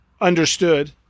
understood